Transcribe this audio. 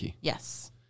Yes